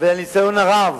לניסיון הרב